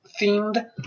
themed